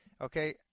Okay